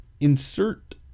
insert